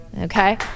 Okay